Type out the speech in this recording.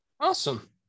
Awesome